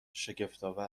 شگفتآور